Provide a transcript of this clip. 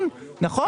נכון.